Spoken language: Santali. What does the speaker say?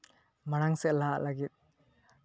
ᱢᱟᱲᱟᱝ ᱥᱮᱫ ᱞᱟᱦᱟᱜ ᱞᱟᱦᱟᱜ ᱞᱟᱹᱜᱤᱫ